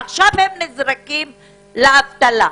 עכשיו הם נזרקים לאבטלה.